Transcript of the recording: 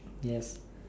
yup